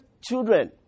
children